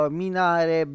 minare